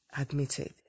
admitted